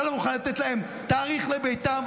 אתה לא מוכן לתת להם תאריך חזרה לביתם,